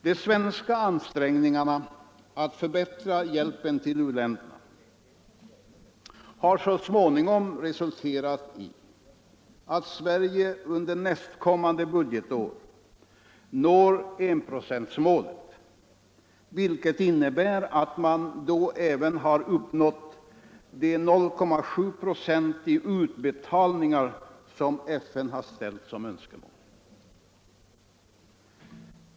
De svenska ansträngningarna att förbättra hjälpen till u-länderna har så småningom resulterat i att Sverige under nästkommande budgetår når enprocentsmålet, vilket innebär att man då även har uppnått de 0,7 96 i utbetalningar som FN har ställt som önskemål.